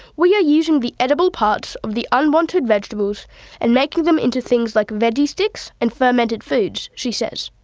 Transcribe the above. we are using the edible parts of the unwanted vegetables and making them into things like veggie sticks and fermented foods she says.